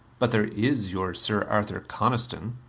but there is your sir arthur coniston.